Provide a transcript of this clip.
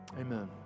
Amen